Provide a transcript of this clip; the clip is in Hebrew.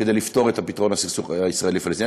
כדי לפתור את הסכסוך הישראלי פלסטיני.